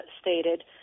stated